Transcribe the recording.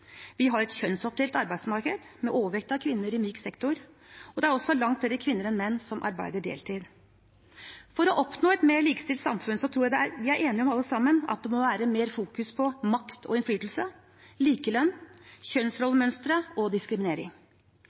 Vi har et kjønnsdelt arbeidsmarked, med overvekt av kvinner i myk sektor, og det er også langt flere kvinner enn menn som arbeider deltid. For å oppnå et mer likestilt samfunn tror jeg vi alle sammen er enige om at det må fokuseres mer på makt og innflytelse, likelønn, kjønnsrollemønstre og diskriminering.